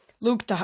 Luke